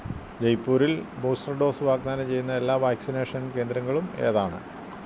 ജയ്പൂരിൽ booster dose വാഗ്ദാനം ചെയ്യുന്ന എല്ലാ വാക്സിനേഷൻ കേന്ദ്രങ്ങളും ഏതാണ്